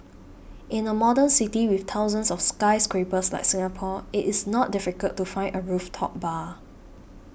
in a modern city with thousands of skyscrapers like Singapore it is not difficult to find a rooftop bar